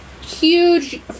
huge